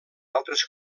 altres